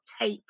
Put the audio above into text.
tape